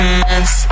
mess